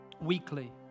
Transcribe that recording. weekly